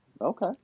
okay